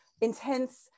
intense